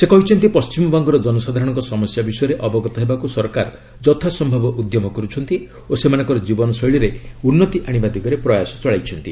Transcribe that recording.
ସେ କହିଛନ୍ତି ପଶ୍ଚିମବଙ୍ଗର ଜନସାଧାରଣଙ୍କ ସମସ୍ୟା ବିଷୟରେ ଅବଗତ ହେବାକୁ ସରକାର ଯଥାସ୍ୟବ ଉଦ୍ୟମ କରୁଛନ୍ତି ଓ ସେମାନଙ୍କର ଜୀବନଶୈଳୀରେ ଉନ୍ନତି ଆଶିବା ଦିଗରେ ପ୍ରୟାସ ଚଳାଇଛନ୍ତି